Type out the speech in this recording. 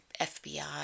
FBI